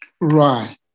Right